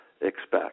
Expect